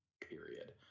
period